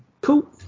Cool